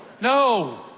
no